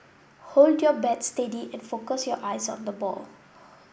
hold your bat steady and focus your eyes on the ball